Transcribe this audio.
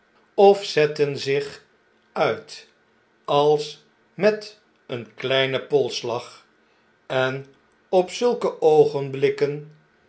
of zetten zich monsieur le marquis in de stad uit als met een kleinen polsslag en op zulke